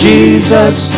Jesus